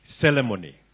ceremony